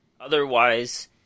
otherwise